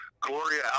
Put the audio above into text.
Gloria